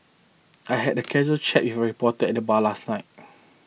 I had a casual chat with reporter at bar last night